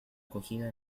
acogida